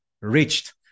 reached